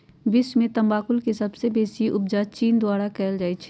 विश्व में तमाकुल के सबसे बेसी उपजा चीन द्वारा कयल जाइ छै